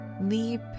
leap